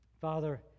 Father